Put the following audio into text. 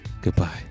Goodbye